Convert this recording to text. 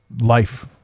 life